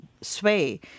sway